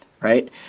right